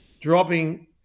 dropping